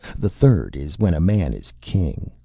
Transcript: the third is when a man is king.